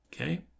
Okay